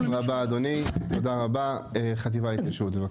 תודה רבה אדוני, החטיבה להתיישבות, בבקשה.